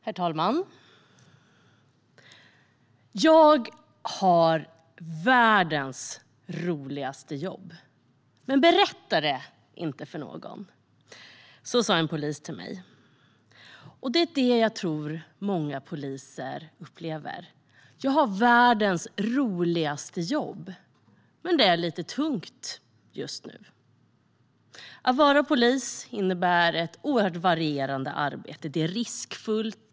Herr talman! Jag har världens roligaste jobb, men berätta det inte för någon. Så sa en polis till mig, och det är det jag tror att många poliser upplever: Jag har världens roligaste jobb, men det är lite tungt just nu. Att vara polis innebär att man har ett oerhört varierande arbete. Det är riskfullt.